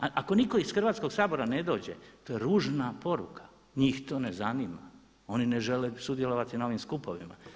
Ako nitko iz Hrvatskoga sabora ne dođe to je ružna poruka, njih to ne zanima, oni ne žele sudjelovati na ovim skupovima.